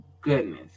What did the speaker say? goodness